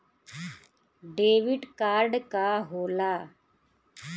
Debit card का होला?